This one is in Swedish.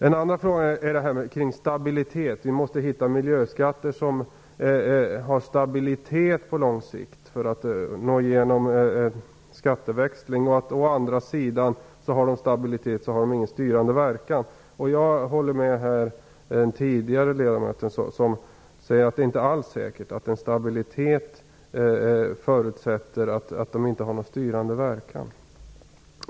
En annan fråga handlar om stabilitet. Vi måste hitta miljöskatter som har stabilitet på lång sikt för att nå igenom en skatteväxling. Men har de stabilitet har de ingen styrande verkan. Jag håller med den tidigare ledamoten som säger att det inte alls är säkert att en stabilitet förutsätter att de inte har någon styrande verkan.